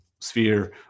sphere